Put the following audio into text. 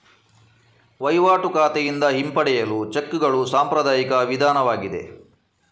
ವಹಿವಾಟು ಖಾತೆಯಿಂದ ಹಿಂಪಡೆಯಲು ಚೆಕ್ಕುಗಳು ಸಾಂಪ್ರದಾಯಿಕ ವಿಧಾನವಾಗಿದೆ